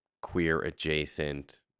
queer-adjacent